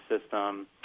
system